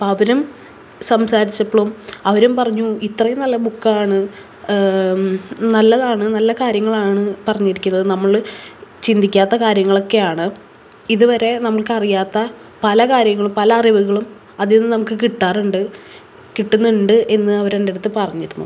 അപ്പം അവരും സംസാരിച്ചപ്പളും അവരും പറഞ്ഞു ഇത്രയും നല്ല ബുക്കാണ് നല്ലതാണ് നല്ല കാര്യങ്ങളാണ് പറഞ്ഞിരിക്കുന്നത് നമ്മൾ ചിന്തിക്കാത്ത കാര്യങ്ങളെക്കെയാണ് ഇതുവരെ നമുക്കറിയാത്ത പല കാര്യങ്ങളും പല അറിവുകളും അതീന്ന് നമുക്ക് കിട്ടാറുണ്ട് കിട്ടുന്നുണ്ട് എന്ന് അവരെൻ്റടുത്ത് പറഞ്ഞിരുന്നു